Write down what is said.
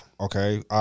Okay